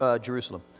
Jerusalem